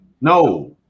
No